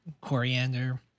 coriander